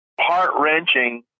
heart-wrenching